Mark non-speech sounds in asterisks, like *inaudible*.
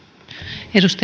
arvoisa *unintelligible*